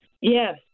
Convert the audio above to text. Yes